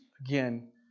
Again